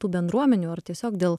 tų bendruomenių ar tiesiog dėl